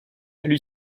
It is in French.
lui